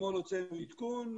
אתמול הוצאנו עדכון,